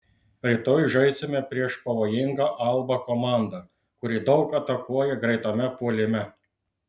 rytoj žaisime prieš pavojingą alba komandą kuri daug atakuoja greitame puolime